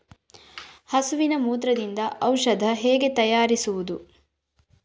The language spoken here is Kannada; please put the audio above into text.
ಹಸುವಿನ ಮೂತ್ರದಿಂದ ಔಷಧ ಹೇಗೆ ತಯಾರಿಸುವುದು?